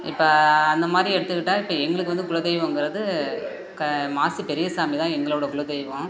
இப்போ அந்த மாதிரி எடுத்துக்கிட்டால் இப்போ எங்களுக்கு வந்து குலதெய்வம்ங்கிறது க மாசி பெரியசாமி தான் எங்களோடய குலதெய்வம்